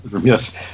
Yes